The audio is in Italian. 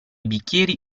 bicchieri